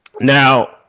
now